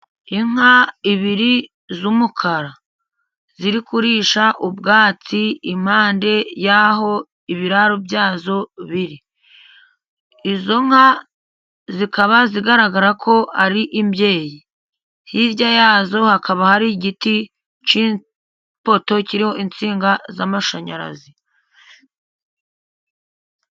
Inka ebyiri z'umukara, ziri kurisha ubwatsi impande y'aho ibiraro byazo biri. Izo nka zikaba zigaragara ko ari imbyeyi. Hirya yazo hakaba hari igiti cy'ipoto kiriho insinga z'amashanyarazi.